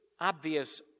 obvious